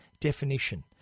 definition